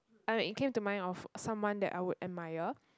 and it came to mind of someone that I would admire